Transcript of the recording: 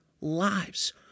lives